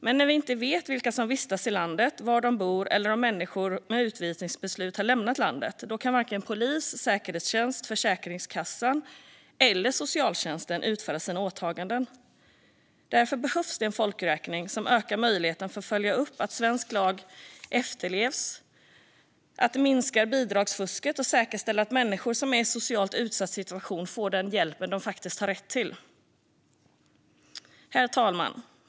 Men när vi inte vet vilka som vistas i landet, var de bor eller om människor med utvisningsbeslut har lämnat landet kan varken polis, säkerhetstjänst, Försäkringskassan eller socialtjänsten utföra sina åtaganden. Därför behövs en folkräkning som ökar möjligheten att följa upp att svensk lag efterlevs, minska bidragsfusket och säkerställa att människor som är i socialt utsatt situation får den hjälp de faktiskt har rätt till. Herr talman!